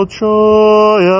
joy